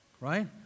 Right